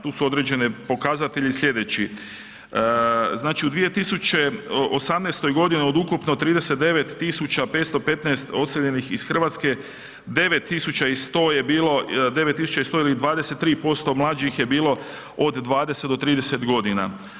Tu su određeni pokazatelji sljedeći, znači u 2018. g. od ukupno 39 515 odseljenih iz Hrvatske 9 100 je bilo, 9 100 ili 23% mlađih je bilo od 20 do 30 godina.